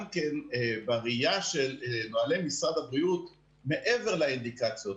גם כן, בראייה של משרד הבריאות, מעבר לאינדיקציות.